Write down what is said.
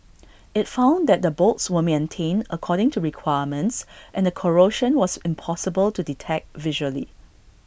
IT found that the bolts were maintained according to requirements and the corrosion was impossible to detect visually